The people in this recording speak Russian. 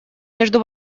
между